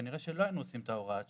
כנראה שלא היינו עושים את הוראת השעה,